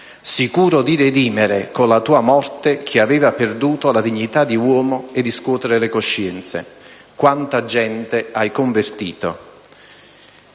sicuro di redimere con la tua morte chi aveva perduto la dignità di uomo e scuotere le coscienze. Quanta gente hai convertito!